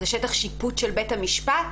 זה שטח שיפוט של בית המשפט?